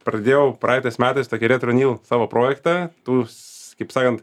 pradėjau praeitais metais tokį retronill savo projektą tų s kaip sakant